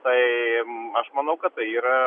tai aš manau kad tai yra